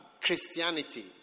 Christianity